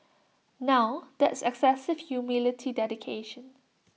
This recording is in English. now that's excessive humility dedication